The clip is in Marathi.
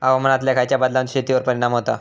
हवामानातल्या खयच्या बदलांचो शेतीवर परिणाम होता?